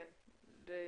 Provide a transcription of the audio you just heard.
תודה רבה,